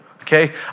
Okay